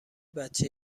بچه